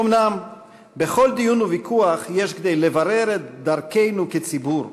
אומנם בכל דיון וויכוח יש כדי לברר את דרכנו כציבור,